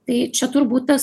tai čia turbūt tas